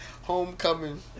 Homecoming